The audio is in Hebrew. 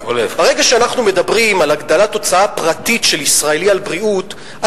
ברגע שאנחנו מדברים על הגדלת הוצאה פרטית של ישראלי על בריאות,